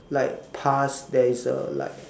like past there is a like